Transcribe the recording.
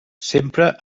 sempre